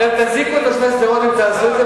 אתם תזיקו לתושבי שדרות אם תעשו את זה,